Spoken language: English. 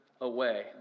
away